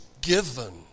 given